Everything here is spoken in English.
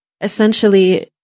Essentially